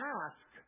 ask